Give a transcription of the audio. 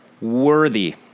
worthy